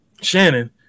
Shannon